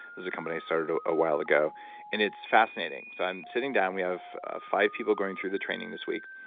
is a company started ah a while ago and it's fascinating. so, i'm sitting down, we have five people going through the training this week.